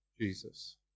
Jesus